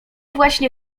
właśnie